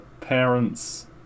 parents